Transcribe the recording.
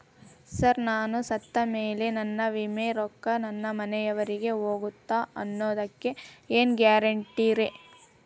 Sir ನಾನು ಸತ್ತಮೇಲೆ ನನ್ನ ವಿಮೆ ರೊಕ್ಕಾ ನನ್ನ ಮನೆಯವರಿಗಿ ಹೋಗುತ್ತಾ ಅನ್ನೊದಕ್ಕೆ ಏನ್ ಗ್ಯಾರಂಟಿ ರೇ?